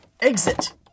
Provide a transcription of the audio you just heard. Exit